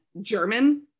German